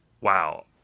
wow